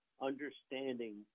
understanding